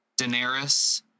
Daenerys